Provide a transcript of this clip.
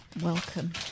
welcome